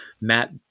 Matt